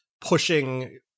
pushing